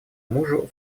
мужу